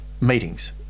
meetings